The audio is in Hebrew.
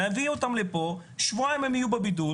נביא אותם לפה, יהיו שבועיים בבידוד.